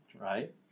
right